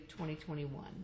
2021